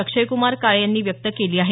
अक्षयक्मार काळे यांनी व्यक्त केली आहे